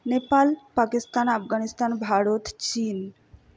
নেপাল পাকিস্তান আফগানিস্তান ভারত চীন